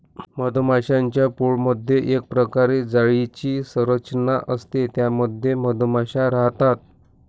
मधमाश्यांच्या पोळमधे एक प्रकारे जाळीची संरचना असते त्या मध्ये मधमाशा राहतात